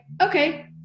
okay